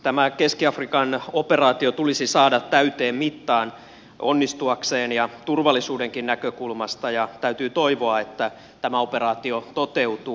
tämä keski afrikan operaatio tulisi saada täyteen mittaan sen onnistumiseksi ja turvallisuudenkin näkökulmasta ja täytyy toivoa että tämä operaatio toteutuu